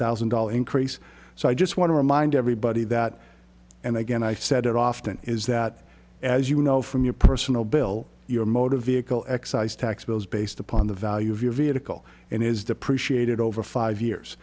thousand dollars increase so i just want to remind everybody that and again i said it often is that as you know from your personal bill your motor vehicle excise tax bill is based upon the value of your vehicle and is depreciated over five years